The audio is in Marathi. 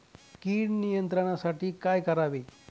कीड नियंत्रणासाठी काय करावे?